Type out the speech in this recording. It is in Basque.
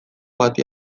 bati